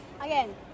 Again